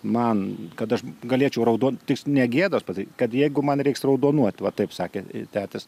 man kad aš galėčiau raudon tik ne gėdos padaryt kad jeigu man reiks raudonuot va taip sakė tetis